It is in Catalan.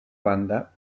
banda